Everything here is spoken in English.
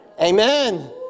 amen